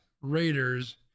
Raiders